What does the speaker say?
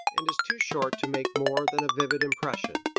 and is too short to make more than a vivid impression.